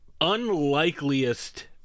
unlikeliest